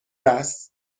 است